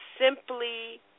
simply